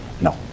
No